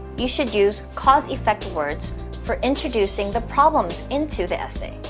you should use cause-effect words for introducing the problems into the essay,